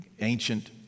ancient